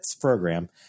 program